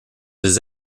des